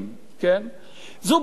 זו בעיה,